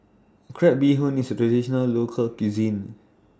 Crab Bee Hoon IS A Traditional Local Cuisine